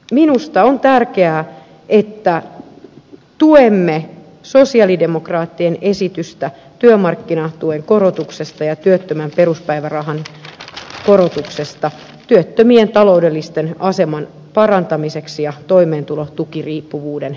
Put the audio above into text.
minusta on tärkeää että tuemme sosialidemokraattien esitystä työmarkkinatuen korotuksesta ja työttömän peruspäivärahan korotuksesta työttömien taloudellisen aseman parantamiseksi ja toimeentulotukiriippuvuuden vähentämiseksi